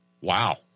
Wow